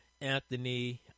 Anthony